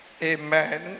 Amen